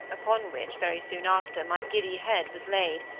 upon which, very soon after, my giddy head was laid,